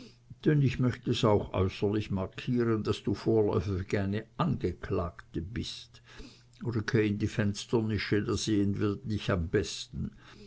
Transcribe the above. denn ich möchte es auch äußerlich markieren daß du vorläufig eine angeklagte bist rücke in die fensternische da sehen wir dich am besten